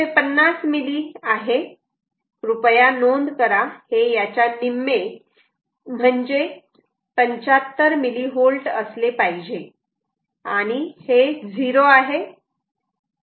हे 150 मिली आहे कृपया नोंद करा हे याच्या निम्मेच म्हणजे 75 मिलीव्होल्ट असले पाहिजे आणि हे '0 ' आहे